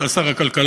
שאתה שר הכלכלה,